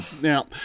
Now